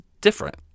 different